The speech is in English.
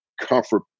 comfort